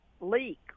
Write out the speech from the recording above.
leak